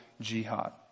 jihad